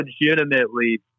legitimately